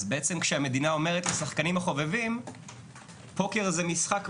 אז בעצם כשהמדינה אומרת לשחקנים החובבים 'פוקר זה משחק מזל,